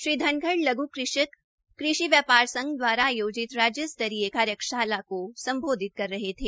श्री धनखड़ लघु कृषक कृषि व्यापार संघ द्वारा आयोजित राज्य स्तरीय कार्यशाला को संबोधित कर रहे थे